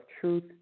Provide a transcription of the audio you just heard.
Truth